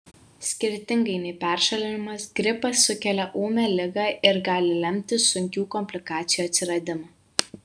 skirtingai nei peršalimas gripas sukelia ūmią ligą ir gali lemti sunkių komplikacijų atsiradimą